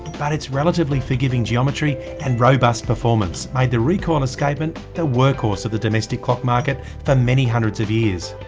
but its relatively forgiving geometry, and robust performance, made the recoil escapement the workhorse of the domestic clock market for many hundreds of years.